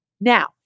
Now